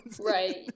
Right